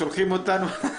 שולחים אותנו?